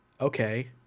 Okay